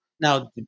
Now